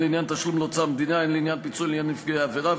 הן לעניין תשלום לאוצר המדינה והן לעניין פיצוי לנפגע העבירה,